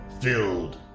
filled